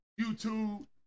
YouTube